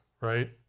right